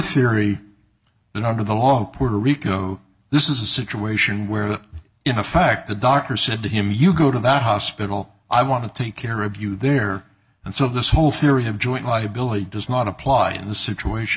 theory that under the law puerto rico this is a situation where that in effect the doctor said to him you go to that hospital i want to take care of you there and so this whole theory have joint liability does not apply in the situation